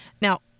now